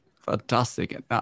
Fantastic